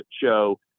show